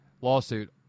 Lawsuit